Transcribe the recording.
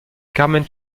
carmen